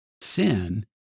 Sin